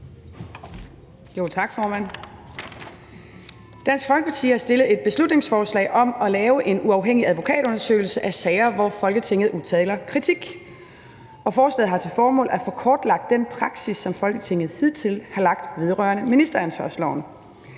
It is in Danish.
Tak, formand. Dansk Folkeparti har fremsat et beslutningsforslag om at lave en uafhængig advokatundersøgelse af sager, hvor Folketinget udtaler kritik. Forslaget har til formål at få kortlagt den praksis, som Folketinget hidtil har haft vedrørende ministeransvarlighedsloven.